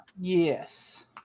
yes